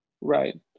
right